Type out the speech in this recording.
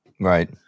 Right